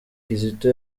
kizito